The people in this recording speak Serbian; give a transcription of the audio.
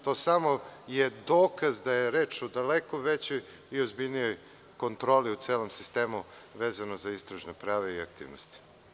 To je samo dokaz da je reč o daleko većoj i ozbiljnijoj kontroli u celom sistemu vezano za istražna prava i aktivnosti.